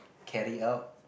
carry out